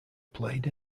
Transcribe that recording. played